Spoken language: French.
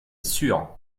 sûr